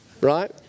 right